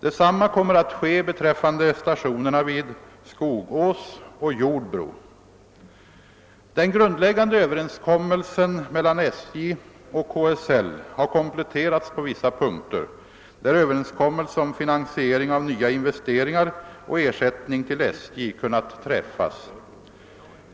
Detsamma kommer att ske beträffande stationerna vid Skogås och Jordbro. Den grundläggande överenskommelsen mellan SJ och KSL har kompletterats på vissa punkter, där överenskommelse om finansiering av nya investeringar och ersättning till SJ kunnat träffas.